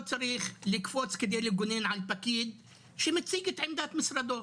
צריך לקפוץ כדי לגונן על פקיד שמציג את עמדת משרדו.